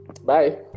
Bye